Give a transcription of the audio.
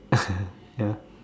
yeah